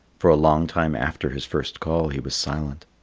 for a long time after his first call he was silent.